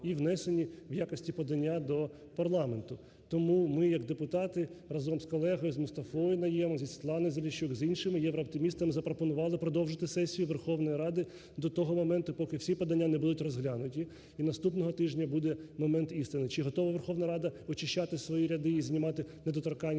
і внесені в якості подання до парламенту. Тому ми як депутати разом з колегою з Мустафою Найємом, зі Світланою Заліщук, з іншими "єврооптимістами" запропонували продовжити сесію Верховної Ради до того моменту, поки всі подання не будуть розглянуті, і наступного тижня буде "момент істини" – чи готова Верховна Рада очищати свої ряди і знімати недоторканність